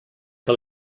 que